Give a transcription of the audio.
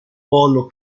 polo